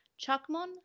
chuckmon